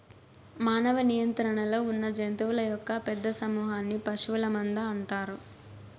మానవ నియంత్రణలో ఉన్నజంతువుల యొక్క పెద్ద సమూహన్ని పశువుల మంద అంటారు